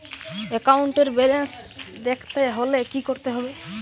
একাউন্টের ব্যালান্স দেখতে হলে কি করতে হবে?